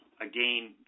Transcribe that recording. again